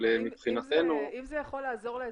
אם זה יכול לעזור לאזרחים,